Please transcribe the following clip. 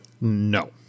No